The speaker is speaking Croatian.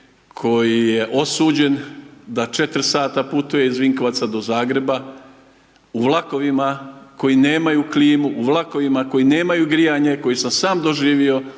koji je osuđen da 4 sata putuje iz Vinkovaca do Zagreba, u vlakovima koji nemaju klimu, u vlakovima koji nemaju grijanje koji sam doživio,